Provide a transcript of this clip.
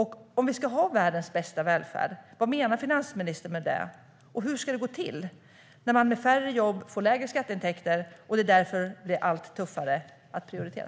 Om vi ska ha världens bästa välfärd, vad menar finansministern med det, och hur ska det gå till när man med färre jobb får lägre skatteintäkter och det därför blir allt tuffare att prioritera?